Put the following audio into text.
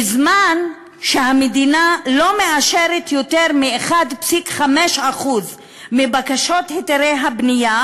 בזמן שהמדינה לא מאשרת יותר מ-1.5% מבקשות היתרי הבנייה,